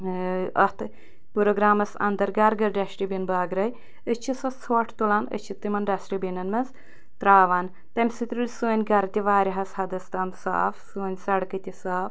ٲں اتھ پرٛوگرٛامَس انٛدَر گھرٕ گھرٕ ڈسٹہٕ بیٖن بٲگرٲے أسۍ چھِ سۄ ژھۄٹھ تُلان أسۍ چھِ تِمَن ڈسٹہٕ بیٖنَن مَنٛز ترٛاوان تَمہِ سۭتۍ روٗدۍ سٲنۍ گھرٕ تہِ واریاہَس حَدَس تام صاف سٲنۍ سَڑکہٕ تہِ صاف